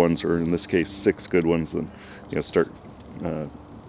ones or in this case six good ones and you know start